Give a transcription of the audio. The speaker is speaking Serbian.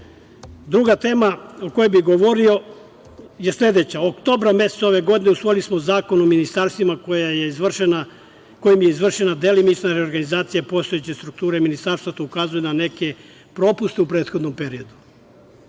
tema o kojoj bi govorio je sledeća. Oktobra meseca ove godine usvojili smo Zakon o ministarstvima, kojim je izvršena delimična reorganizacija postojeće strukture ministarstava, što ukazuje na neke propuste u prethodnom periodu.